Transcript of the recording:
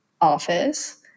office